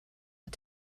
are